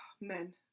Men